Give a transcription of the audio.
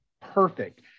perfect